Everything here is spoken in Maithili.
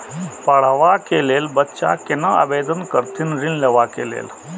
पढ़वा कै लैल बच्चा कैना आवेदन करथिन ऋण लेवा के लेल?